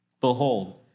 Behold